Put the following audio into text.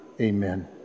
Amen